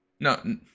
No